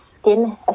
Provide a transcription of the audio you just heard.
skin